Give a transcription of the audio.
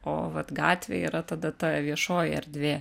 o vat gatvė yra tada ta viešoji erdvė